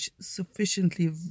sufficiently